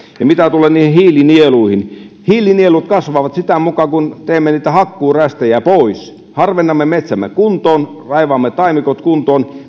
mitä tulee hiilinieluihin hiilinielut kasvavat sitä mukaa kun teemme hakkuurästejä pois harvennamme metsämme kuntoon ja raivaamme taimikot kuntoon